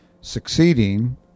succeeding